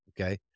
Okay